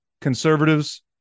conservatives